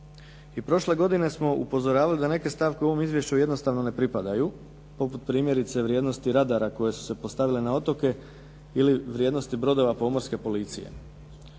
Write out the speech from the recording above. I prošle godine smo upozoravali da neke stavke u ovom izvješću jednostavno ne pripadaju poput primjerice vrijednosti radara koji su se postavili na otoke ili vrijednosti brodova pomorske policije.